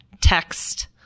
text